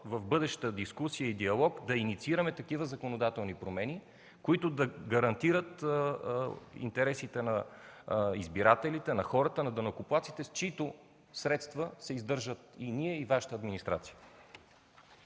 в бъдеща дискусия и диалог да инициираме такива законодателни промени, които да гарантират интересите на избирателите, на хората, на данъкоплатците, с чиито средства се издържаме и ние, и Вашата администрация.